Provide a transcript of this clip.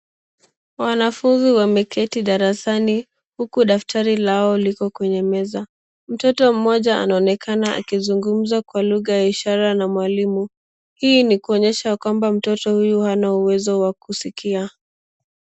Wanafunzi wameketi darasani huku daftari lao liko kwenye meza. Mtoto mmoja anaonekana akizungumza kwa lugha ya ishara na mwalimu. Hii ni kuonyesha kwamba mtoto huyu hana uwezo wa kusikia.